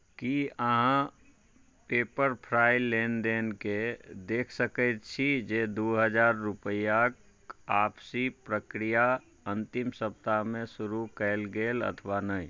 की अहाँ Pepperfry लेनदेनकेँ देखि सकैत छी जे दू हजार रुपैआक वापसी प्रक्रिया अन्तिम सप्ताहमे शुरू कयल गेल अथवा नहि